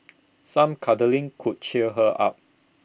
some cuddling could cheer her up